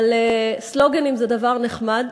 סלוגנים זה דבר נחמד,